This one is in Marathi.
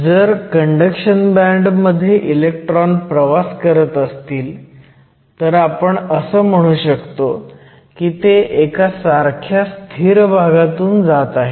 जर कंडक्शन बँड मध्ये इलेक्ट्रॉन प्रवास करत असतील तर आपण असं म्हणू शकतो की ते एका सारख्या स्थिर भागातून जात आहेत